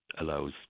allows